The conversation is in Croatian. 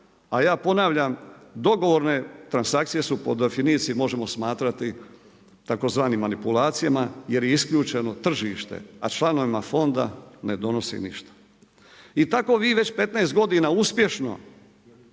a ja ponavljam, dogovorne transakcije su po definiciji, možemo smatrati tzv. manipulacijama, jer je isključeno tržište a članovima fonda ne donosi ništa. I tako vi već 15 godina uspješno